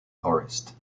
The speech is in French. forrest